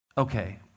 Okay